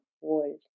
world